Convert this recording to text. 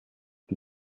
die